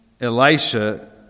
Elisha